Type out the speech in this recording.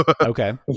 Okay